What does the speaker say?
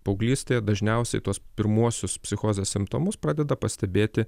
paauglystėje dažniausiai tuos pirmuosius psichozės simptomus pradeda pastebėti